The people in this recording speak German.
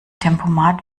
tempomat